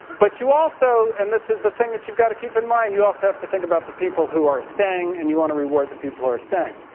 but you also, and this is the thing that you've got to keep in mind. you also have to think about the people who are staying, and you want to reward the people who are staying.